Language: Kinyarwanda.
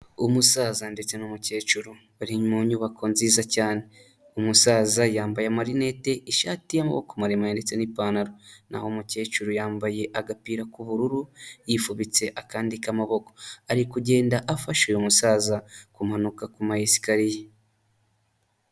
Umusaza ndetse n'umukecuru bari mu nyubako nziza cyane, umusaza yambaye amarinete, ishati y'amaboko maremare ndetse n'ipantaro, naho umukecuru yambaye agapira k'ubururu yifubitse akandi k'amaboko, ari kugenda afasha uyu musaza kumanuka ku masikariye.